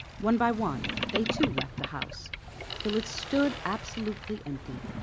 one by one they too left the house till it stood absolutely empty.